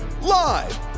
live